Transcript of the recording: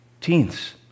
Teens